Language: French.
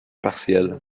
partiel